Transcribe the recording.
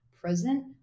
present